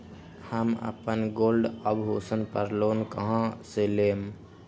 हम अपन गोल्ड आभूषण पर लोन कहां से लेम?